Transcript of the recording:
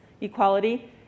equality